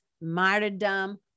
martyrdom